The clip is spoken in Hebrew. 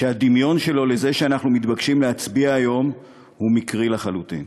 שהדמיון בינו לזה שאנחנו מתבקשים להצביע עליו היום הוא מקרי לחלוטין,